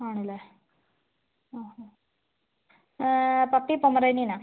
ആണല്ലേ ആ ആ പട്ടി പൊമറേനിയനാണ്